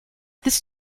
this